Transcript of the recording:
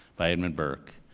by edmund burke,